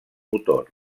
motor